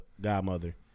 Godmother